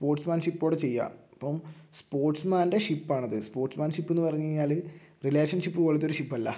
sports മേൻ ഷിപ്പോടെ ചെയ്യുക ഇപ്പം സ്പോർട്സ്മേൻ്റെ ഷിപ്പാണ് അത് സ്പോർട്സ് മേൻ ഷിപ്പ് എന്ന് പറഞ്ഞു കഴിഞ്ഞാൽ റിലേഷൻ ഷിപ്പ് പോലത്തെ ഒരു ഷിപ്പല്ല